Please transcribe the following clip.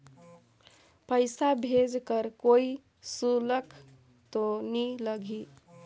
पइसा भेज कर कोई शुल्क तो नी लगही?